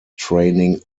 training